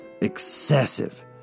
excessive